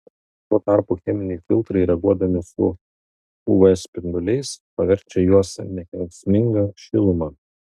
tuo tarpu cheminiai filtrai reaguodami su uv spinduliais paverčia juos nekenksminga šiluma